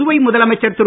புதுவை முதலமைச்சர் திரு